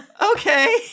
Okay